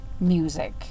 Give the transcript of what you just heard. music